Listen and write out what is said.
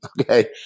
okay